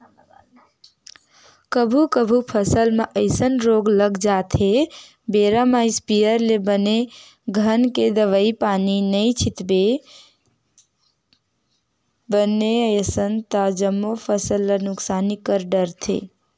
कभू कभू फसल म अइसन रोग लग जाथे बेरा म इस्पेयर ले बने घन के दवई पानी नइ छितबे बने असन ता जम्मो फसल ल नुकसानी कर डरथे